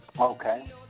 Okay